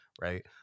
right